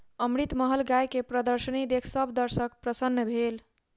अमृतमहल गाय के प्रदर्शनी देख सभ दर्शक प्रसन्न भेल